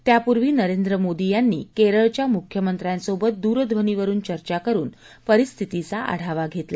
त्यापूर्वी नरेंद्र मोदी यांनी केरळच्या मुख्यमंत्र्यांसोबत द्रध्वनीवरून चर्चा करून परिस्थितीचा आढावा घेतला